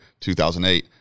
2008